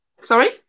Sorry